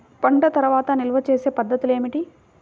పంట తర్వాత నిల్వ చేసే పద్ధతులు ఏమిటి?